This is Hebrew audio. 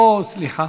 או, סליחה.